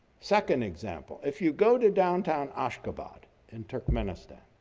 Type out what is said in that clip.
second example, if you go to downtown, ashgabat in turkmenistan,